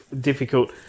difficult